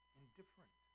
indifferent